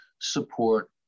support